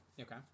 Okay